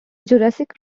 jurassic